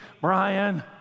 Brian